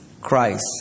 Christ